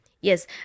Yes